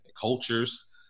cultures